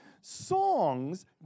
Songs